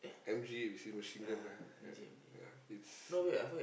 M_G we say machine-gun ah ya ya it's